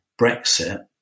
brexit